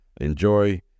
enjoy